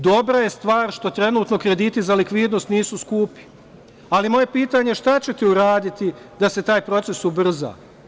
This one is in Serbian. Dobra je stvar što trenutno krediti za likvidnost nisu skupi, ali moje pitanje je šta ćete uraditi da se taj proces ubrza?